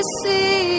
see